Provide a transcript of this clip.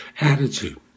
Attitude